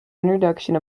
introduction